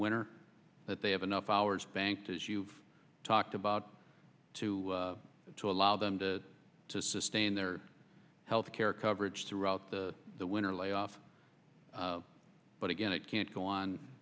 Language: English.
winter that they have enough hours banked as you've talked about two to allow them to to sustain their health care coverage throughout the winter layoff but again it can't go on